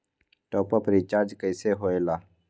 Top up recharge कइसे होएला?